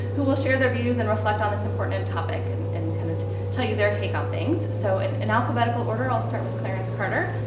who will share their views and reflect on this important and topic and and kind of tell you their take on things. so in and alphabetical order, i'll start with clarence carter,